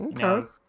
Okay